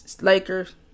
Lakers